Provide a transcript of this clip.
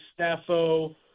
Staffo